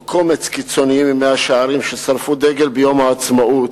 או קומץ קיצונים ממאה-שערים ששרפו דגל ביום העצמאות,